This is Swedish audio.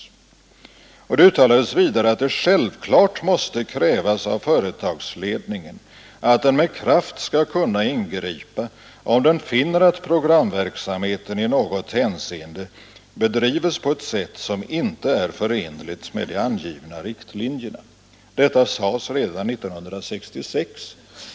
Det uttalades vidare ”att det självklart måste krävas av företagsledningen att den med kraft skall kunna ingripa om den finner att programverksamheten i något hänseende bedrives på ett sätt som inte är förenligt med de angivna riktlinjerna”. Detta sades redan år 1966.